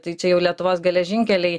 tai čia jau lietuvos geležinkeliai